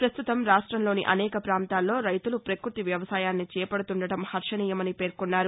పస్తుతం రాష్టంలోని అనేక ప్రాంతాల్లో రైతులు పకృతి వ్యవసాయాన్ని చేపడుతుండడం హర్వణీయమని పేర్కొన్నారు